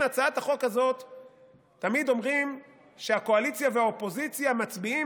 תמיד אומרים שהקואליציה והאופוזיציה מצביעות